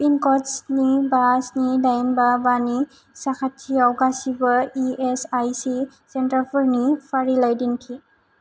पिनकड स्नि बा स्नि दाइन बा बा नि साखाथियाव गासिबो इएसआइसि सेन्टारफोरनि फारिलाइ दिन्थि